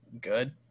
good